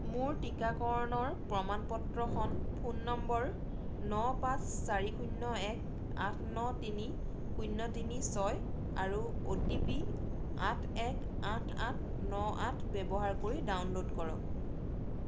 মোৰ টীকাকৰণৰ প্ৰমাণ পত্ৰখন ফোন নম্বৰ ন পাঁচ চাৰি শূন্য এক আঠ ন তিনি শূন্য তিনি ছয় আৰু অ'টিপি আঠ এক আঠ আঠ ন আঠ ব্যৱহাৰ কৰি ডাউনলোড কৰক